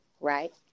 right